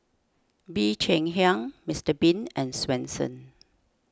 Bee Cheng Hiang Mister Bean and Swensens